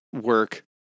work